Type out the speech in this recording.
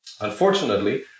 Unfortunately